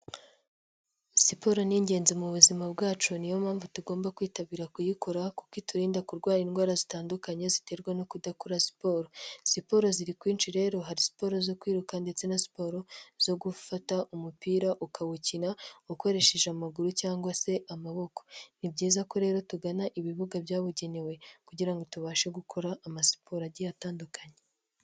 Siporo ni ingenzi mu buzima bwacu, niyo mpamvu tugomba kwitabira kuyikora kuko iturinda kurwara indwara zitandukanye ziterwa no kudakora siporo. Siporo ziri kwinshi rero, hari siporo zo kwiruka ndetse na siporo zo gufata umupira ukawukina, ukoresheje amaguru cyangwa se amaboko. Ni byiza ko rero tugana ibibuga byabugenewe kugira ngo tubashe gukora amasiporo agiye atandukanye.